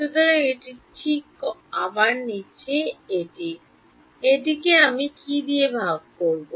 সুতরাং এটি ঠিক আবার নীচে এটি এটিকে আমি কী দিয়ে ভাগ করব